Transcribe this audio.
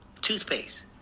Toothpaste